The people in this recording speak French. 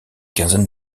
quinzaine